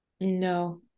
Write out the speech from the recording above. No